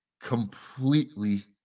completely